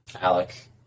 Alec